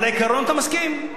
על העיקרון אתה מסכים.